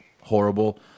horrible